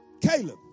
Caleb